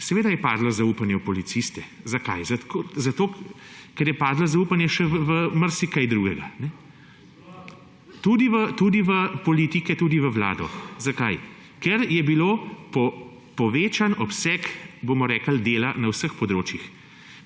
in pol je padlo zaupanje v policiste. Zakaj? Zato ker je padlo zaupanje še v marsikaj drugega, tudi v politike, tudi v vlado. Zakaj? Ker je bil povečan obseg dela na vseh področjih.